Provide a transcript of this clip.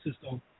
system